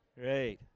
Great